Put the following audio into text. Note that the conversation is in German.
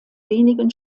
wenigen